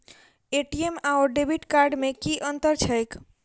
ATM आओर debit card मे की अंतर छैक?